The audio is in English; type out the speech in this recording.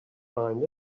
find